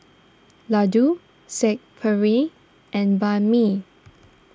Ladoo Saag Perry and Banh Mi